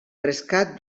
rescat